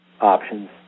options